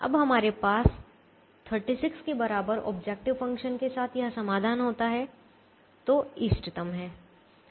जब हमारे पास 36 के बराबर ऑब्जेक्टिव फ़ंक्शन के साथ यह समाधान होता है तो इष्टतम है